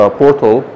portal